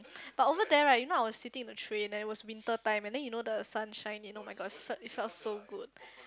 but over there right you know I was sitting in the train and it was winter time and then you know the sun shine you know my god it felt it felt so good